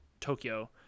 Tokyo